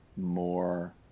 more